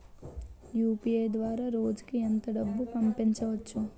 UPI ద్వారా రోజుకి ఎంత డబ్బు పంపవచ్చు?